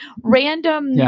random